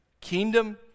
Kingdom